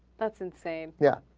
that's insane yeah